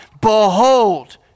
Behold